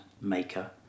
maker